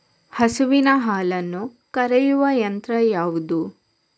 ಹಸುವಿನ ಹಾಲನ್ನು ಕರೆಯುವ ಯಂತ್ರ ಯಾವುದು?